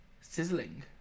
Sizzling